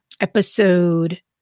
episode